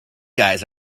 guys